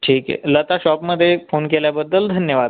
ठीक आहे लता शॉपमधे फोन केल्याबद्दल धन्यवाद